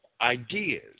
ideas